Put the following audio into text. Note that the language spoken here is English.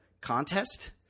contest